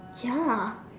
ya